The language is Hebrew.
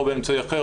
או באמצעי אחר,